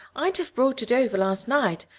i'd have brought it over last night,